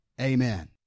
Amen